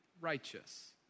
righteous